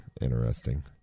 Interesting